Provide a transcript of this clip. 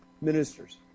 ministers